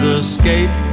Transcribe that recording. escape